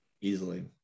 Easily